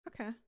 Okay